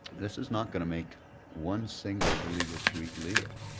this is not going to make one single illegal suite legal.